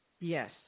Yes